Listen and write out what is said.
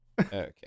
Okay